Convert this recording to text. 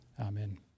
Amen